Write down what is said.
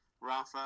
Rafa